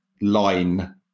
line